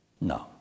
No